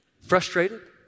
frustrated